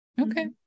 Okay